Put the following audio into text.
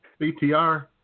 BTR